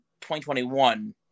2021